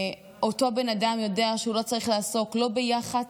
ואותו בן אדם יודע שהוא לא צריך לעסוק לא ביח"צ,